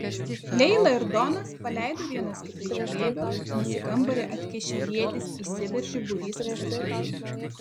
leila ir donas paleido vienas kitą iš glėbio nes į kambarį atkišę ietis įsiveržė būrys sargybinių